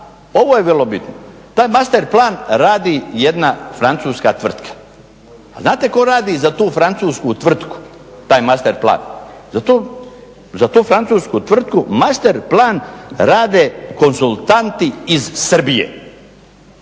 ovo je vrlo bitno, taj master plan radi jedna francuska tvrtka. A znate tko radi za tu francusku tvrtku, taj master plan? Za tu francusku tvrtku master plan rade konzultanti iz Srbije.